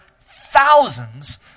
thousands